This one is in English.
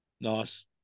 Nice